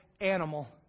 animal